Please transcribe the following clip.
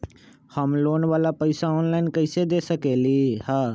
हम लोन वाला पैसा ऑनलाइन कईसे दे सकेलि ह?